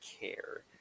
care